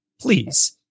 please